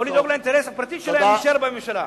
לדאוג לאינטרס הפרטי שלהם להישאר בממשלה.